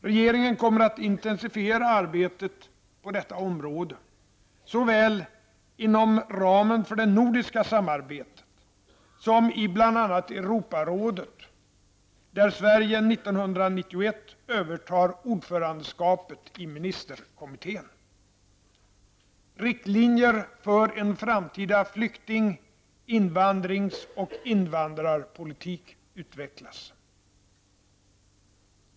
Regeringen kommer att intensifiera arbetet på detta område, såväl inom ramen för det nordiska samarbetet som i bl.a. Europarådet, där Sverige 1991 övertar ordförandeskapet i ministerkommittén. Riktlinjer för en framtida flykting-, invandringsoch invandrarpolitik utvecklas.